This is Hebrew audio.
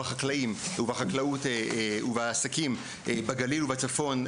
בחקלאות ובעסקים בגליל ובצפון,